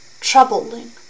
Troubling